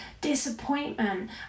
Disappointment